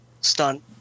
stunt